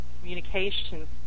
communication